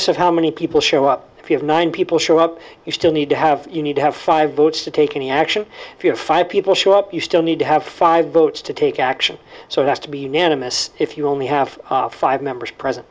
of how many people show up if you have nine people show up you still need to have you need to have five votes to take any action if you have five people show up you still need to have five votes to take action so it has to be unanimous if you only have five members present